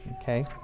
okay